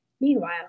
Meanwhile